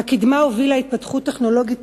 הקדמה הובילה התפתחות טכנולוגית,